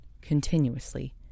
Continuously